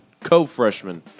co-freshman